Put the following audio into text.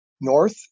north